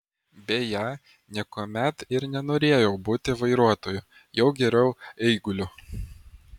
beje niekuomet ir nenorėjau būti vairuotoju jau geriau eiguliu